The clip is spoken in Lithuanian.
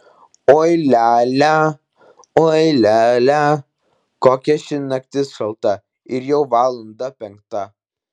oi lia lia oi lia lia kokia ši naktis šalta ir jau valanda penkta